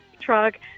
truck